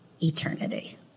eternity